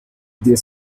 the